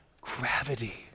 gravity